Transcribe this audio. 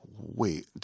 wait